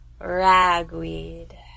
ragweed